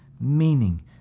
meaning